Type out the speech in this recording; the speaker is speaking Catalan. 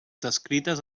descrites